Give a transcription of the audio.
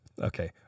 Okay